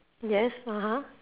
yes (uh huh)